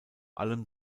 allem